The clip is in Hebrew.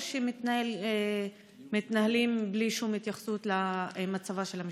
או שמתנהלים בלי שום התייחסות למצבה של המשפחה?